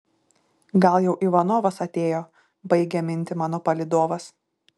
gal jau ivanovas atėjo baigia mintį mano palydovas